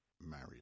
married